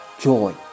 joy